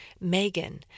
Megan